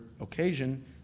occasion